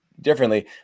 differently